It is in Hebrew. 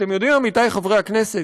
אתם יודעים, עמיתי חברי הכנסת,